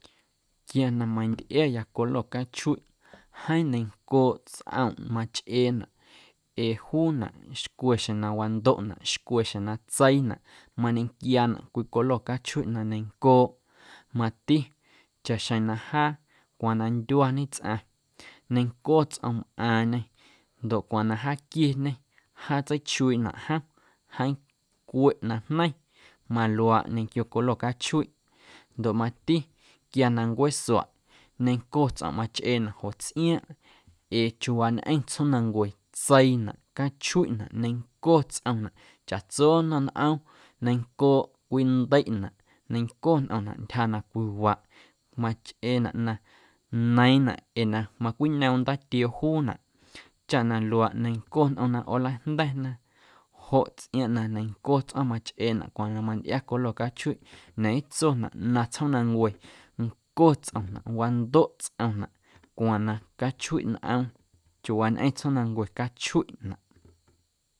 Quia na mantꞌiaya colo cachuiꞌ jeeⁿ neiⁿncooꞌ tsꞌomꞌ machꞌeenaꞌ ee juunaꞌ xcwe xjeⁿ na wandoꞌnaꞌ xcwe xjeⁿ na tseiinaꞌ mañequiaanaꞌ cwii colo cachuiꞌ na neiⁿncooꞌ mati chaꞌxjeⁿ na jaa cwaaⁿ na ndyuañe tsꞌaⁿ neiⁿnco tsꞌoom mꞌaaⁿñe ndoꞌ cwaaⁿ na jaaquieñe jaatseichuiiꞌnaꞌ jom jeeⁿ cweꞌ najneiⁿ maluaaꞌ ñequio colo cachuiꞌ ndoꞌ mati quia na ncueesuaꞌ neiⁿnco tsꞌomꞌ machꞌeenaꞌ joꞌ tsꞌiaaⁿꞌ ee chawaañꞌeⁿ tsjoomnancue tseiinaꞌ, cachuiꞌnaꞌ, neiⁿnco tsꞌomnaꞌ chaꞌtso nnom nꞌoom neiⁿncooꞌ cwindeiꞌnaꞌ, neiⁿnco nꞌomnaꞌ ntyja na cwiwaꞌ machꞌeenaꞌ na neiiⁿnaꞌ ee na macwiñoom ndaatioo juunaꞌ chaꞌ na luaaꞌ neinⁿco nꞌomna ꞌoolajnda̱na joꞌ tsꞌiaaⁿꞌ na neiⁿnco tsꞌo̱ⁿ machꞌeenaꞌ cwaaⁿ na mantꞌia colo cachuiꞌ ñeetsonaꞌ na tsjoomnancue ncoꞌ tsꞌomnaꞌ, wandoꞌ tsꞌomnaꞌ cwaaⁿ na cachuiꞌ nꞌoom chawaañꞌeⁿ tsjoomnancue cachuiꞌnaꞌ.